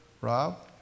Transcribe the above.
Rob